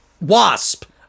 Wasp